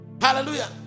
Hallelujah